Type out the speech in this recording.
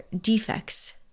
defects